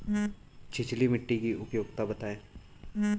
छिछली मिट्टी की उपयोगिता बतायें?